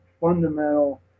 fundamental